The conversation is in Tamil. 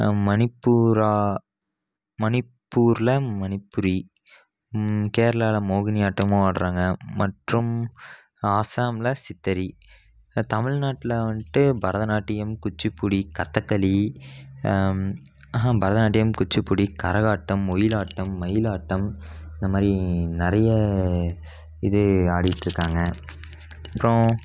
மணிப்பூரா மணிப்பூரில் மணிப்புரி கேரளாவில் மோகினி ஆட்டமும் ஆடுகிறாங்க மற்றும் அசாமில் சித்தரி தமிழ்நாட்டில் வந்துட்டு பரதநாட்டியம் குச்சிப்புடி கதகளி பரதநாட்டியம் குச்சிப்புடி கரகாட்டம் ஒயிலாட்டம் மயிலாட்டம் இந்த மாதிரி நிறைய இது ஆடிகிட்டு இருக்காங்க அப்றம்